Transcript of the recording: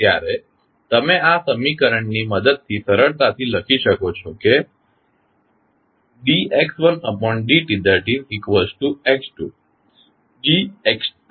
ત્યારે તમે આ સમીકરણની મદદથી સરળતાથી લખી શકો છો કે dx1dtx2t dx2dtx3t